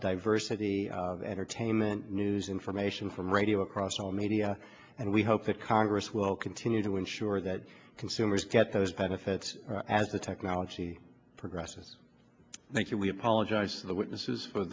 diversity of entertainment news information from radio across all media and we hope that congress will continue to ensure that consumers get those benefits as the technology progresses thank you we apologize to the witnesses for